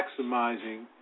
maximizing